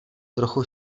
trochu